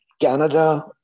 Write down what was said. Canada